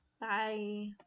Bye